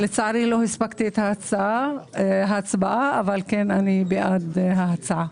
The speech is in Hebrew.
לצערי לא הספקתי להצבעה, אבל אני כן בעד ההצעה.